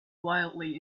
wildly